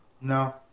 no